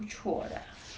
不错 lah